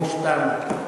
כמו שאתה אמרת.